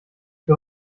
für